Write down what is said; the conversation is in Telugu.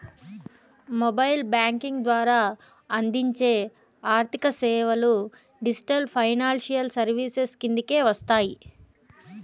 మొబైల్ బ్యాంకింగ్ ద్వారా అందించే ఆర్థిక సేవలు డిజిటల్ ఫైనాన్షియల్ సర్వీసెస్ కిందకే వస్తాయి